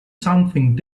something